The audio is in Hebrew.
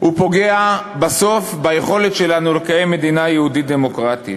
פוגע בסוף ביכולת שלנו לקיים מדינה יהודית דמוקרטית.